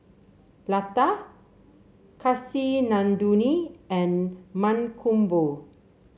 Lata Kasinadhuni and Mankombu